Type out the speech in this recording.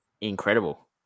incredible